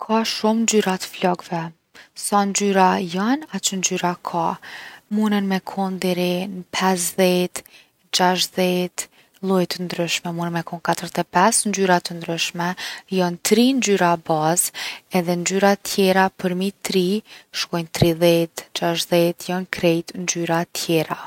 Ka shumë ngjyra t’flokve, sa ngjyra jon aq ngjyra ka. Munen me kon deri n’50, 60, lloje t’ndryshme. Munen me kon 45 ngjyra t’ndryshme. Jon 3 ngjyra bazë edhe ngjyrat tjera përmi 3 shkojnë 30, 60, jon krejt ngjyra tjera.